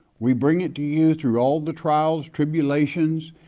we bring it to you through all the trials, tribulations,